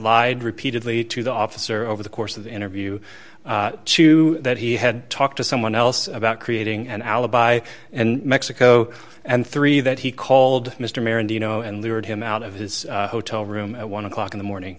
lied repeatedly to the officer over the course of the interview to that he had talked to someone else about creating an alibi and mexico and three that he called mr mayor and you know and lured him out of his hotel room at one o'clock in the morning